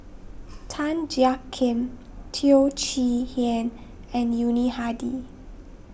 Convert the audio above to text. Tan Jiak Kim Teo Chee Hean and Yuni Hadi